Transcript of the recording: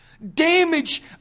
Damage